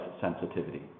sensitivity